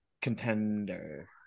contender